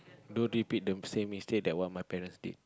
don't repeat them same mistake that one my parents did